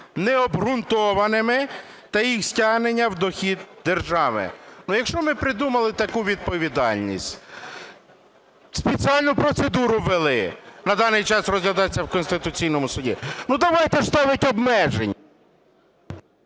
необґрунтованими та їх стягнення в дохід держави. Якщо ми придумали таку відповідальність, спеціальну процедуру ввели, на даний час розглядається в Конституційному Суді, давайте ставити обмеження.